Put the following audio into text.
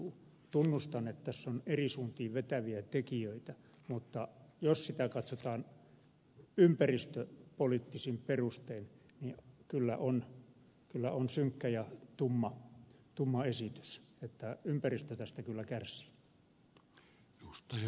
tunnustan että tässä on eri suuntiin vetäviä tekijöitä mutta jos esitystä katsotaan ympäristöpoliittisin perustein kyllä on synkkä ja tumma esitys ja ympäristö siitä kyllä kärsii